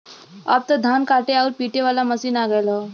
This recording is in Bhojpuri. अब त धान काटे आउर पिटे वाला मशीन आ गयल हौ